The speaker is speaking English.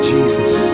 Jesus